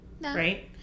right